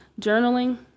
Journaling